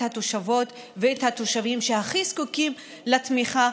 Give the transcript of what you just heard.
התושבות ואת התושבים שהכי זקוקים לתמיכה,